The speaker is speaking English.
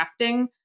crafting